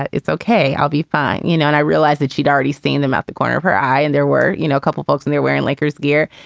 it's ok. i'll be fine. you know, and i realized that she'd already seen them at the corner of her eye. and there were, you know, a couple of books in there wearing lakers gear.